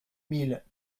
mille